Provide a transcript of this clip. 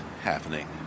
happening